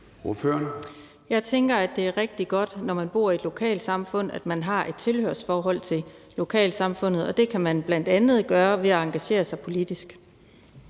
Jeg tænker, at det er rigtig godt, når man bor i et lokalsamfund, at man har et tilhørsforhold til lokalsamfundet, og det kan man bl.a. have ved at engagere sig politisk.